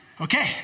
Okay